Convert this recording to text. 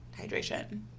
hydration